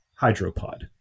hydropod